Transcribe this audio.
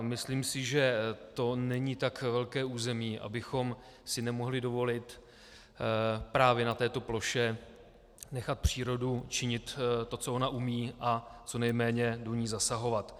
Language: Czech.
Myslím si, že to není tak velké území, abychom si nemohli dovolit právě na této ploše nechat přírodu činit to, co ona umí, a co nejméně do ní zasahovat.